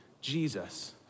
Jesus